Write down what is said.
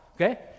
Okay